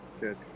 Good